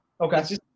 Okay